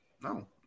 No